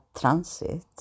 transit